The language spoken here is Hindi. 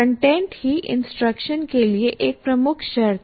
कंटेंट ही इंस्ट्रक्शन के लिए एक प्रमुख शर्त है